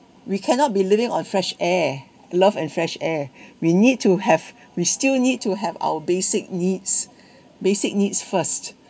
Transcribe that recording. we cannot be living on fresh air love and fresh air we need to have we still need to have our basic needs basic needs first